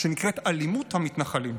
שנקראת "אלימות המתנחלים"?